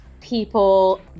people